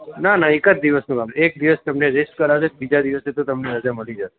ના ના એક જ દિવસનું કામ છે એક દિવસ તમને રેસ્ટ કરાવશે અને બીજા દિવસે તો તમને રજા મળી જશે